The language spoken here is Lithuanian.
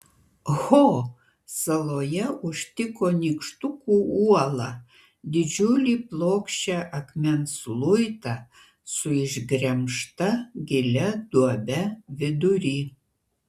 ho saloje užtiko nykštukų uolą didžiulį plokščią akmens luitą su išgremžta gilia duobe vidury